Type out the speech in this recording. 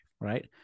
right